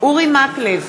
אורי מקלב,